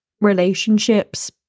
relationships